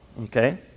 okay